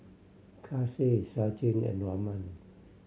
Kailash Sachin and Raman